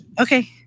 Okay